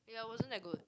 ya wasn't that good